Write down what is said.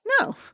No